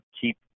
keep